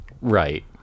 Right